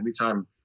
anytime